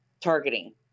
targeting